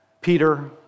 Peter